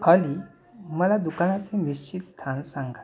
ऑली मला दुकानाचे निश्चित स्थान सांगा